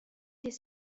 les